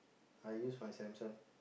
I use my Samsung